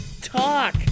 Talk